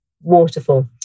waterfall